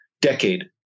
decade